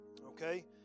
okay